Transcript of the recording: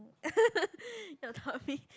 your tummy